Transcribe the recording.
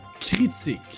Critique